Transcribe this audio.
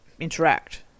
interact